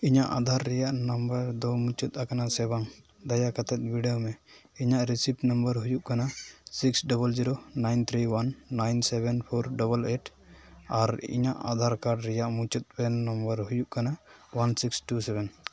ᱤᱧᱟᱹᱜ ᱟᱫᱷᱟᱨ ᱨᱮᱭᱟᱜ ᱱᱚᱢᱵᱚᱨ ᱫᱚ ᱢᱩᱪᱟᱹᱫ ᱟᱠᱟᱱᱟ ᱥᱮ ᱵᱟᱝ ᱫᱟᱭᱟ ᱠᱟᱛᱮᱫ ᱵᱤᱰᱟᱹᱣᱢᱮ ᱤᱧᱟᱹᱜ ᱨᱮᱥᱤᱵᱷ ᱱᱟᱢᱵᱟᱨ ᱦᱩᱭᱩᱜ ᱠᱟᱱᱟ six double zero nine three one nine seven four double eight ᱟᱨ ᱤᱧᱟᱹᱜ ᱟᱫᱷᱟᱨ ᱠᱟᱨᱰ ᱨᱮᱭᱟᱜ ᱢᱩᱪᱟᱹᱫ ᱯᱮᱱ ᱱᱚᱢᱵᱚᱨ ᱦᱩᱭᱩᱜ ᱠᱟᱱᱟ ᱚᱣᱟᱱ ᱥᱤᱠᱥ ᱴᱩ ᱥᱮᱵᱷᱮᱱ